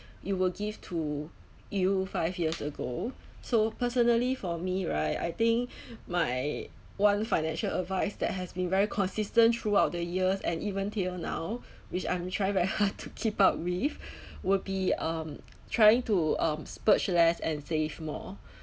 you will give to you five years ago so personally for me right I think my one financial advice that has been very consistent throughout the years and even till now which I'm try very hard to keep up with will be um trying to um splurge less and save more